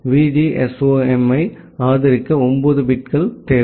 VGSOM ஐ ஆதரிக்க 9 bit தேவை